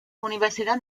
universidad